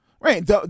Right